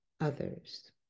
others